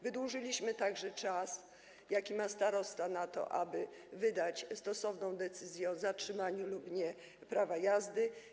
Wydłużyliśmy także czas, jaki starosta ma na to, aby wydać stosowną decyzję o zatrzymaniu lub nie prawa jazdy.